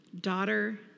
daughter